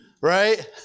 Right